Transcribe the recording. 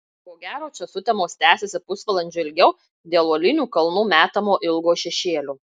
ko gero čia sutemos tęsiasi pusvalandžiu ilgiau dėl uolinių kalnų metamo ilgo šešėlio